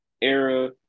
era